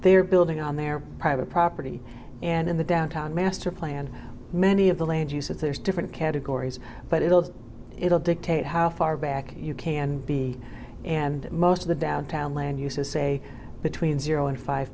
they're building on their private property and in the downtown master plan many of the land use if there's different categories but it will it will dictate how far back you can be and most of the downtown land use is say between zero and five